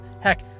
Heck